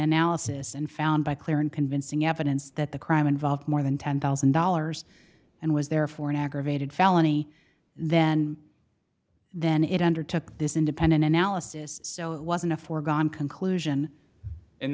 analysis and found by clear and convincing evidence that the crime involved more than ten thousand dollars and was therefore an aggravated felony then then it undertook this independent analysis so it wasn't a foregone conclusion and